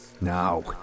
Now